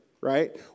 right